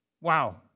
Wow